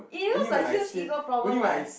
it looks a huge ego problem what